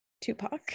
tupac